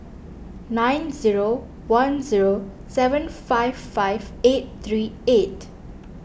nine zero one zero seven five five eight three eight